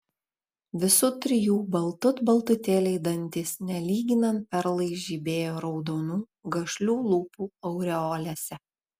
visų trijų baltut baltutėliai dantys nelyginant perlai žibėjo raudonų gašlių lūpų aureolėse